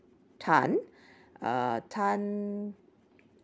tan uh tan